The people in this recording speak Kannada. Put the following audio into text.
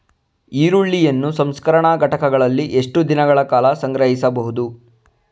ಈರುಳ್ಳಿಯನ್ನು ಸಂಸ್ಕರಣಾ ಘಟಕಗಳಲ್ಲಿ ಎಷ್ಟು ದಿನಗಳ ಕಾಲ ಸಂಗ್ರಹಿಸಬಹುದು?